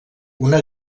una